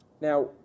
Now